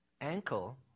ankle